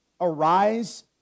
Arise